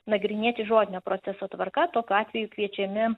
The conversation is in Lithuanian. nagrinėti žodinio proceso tvarka tokiu atveju kviečiami